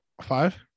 Five